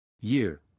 Year